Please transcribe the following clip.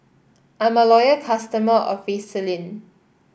I'm a loyal customer of Vaselin